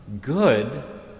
Good